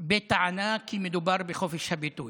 בטענה כי מדובר בחופש הביטוי.